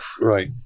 Right